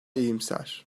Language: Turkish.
iyimser